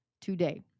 today